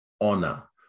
honor